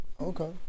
Okay